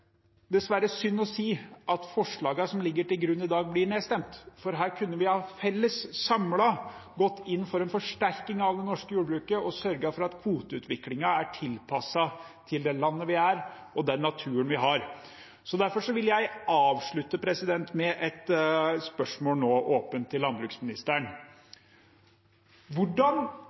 dessverre synd å si at forslagene som ligger til grunn i dag, blir nedstemt, for her kunne vi felles, samlet, gått inn for en forsterking av det norske jordbruket og sørget for at kvoteutviklingen er tilpasset det landet vi er, og den naturen vi har. Derfor vil jeg avslutte med et spørsmål nå åpent til landbruksministeren: Hvordan